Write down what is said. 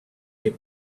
get